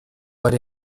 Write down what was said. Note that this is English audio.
but